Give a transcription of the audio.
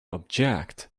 object